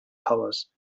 powers